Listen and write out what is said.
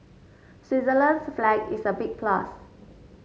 Switzerland's flag is a big plus